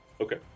Okay